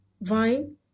Vine